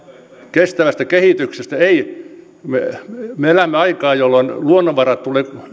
kestävästä kehityksestä me elämme aikaa jolloin luonnonvarojen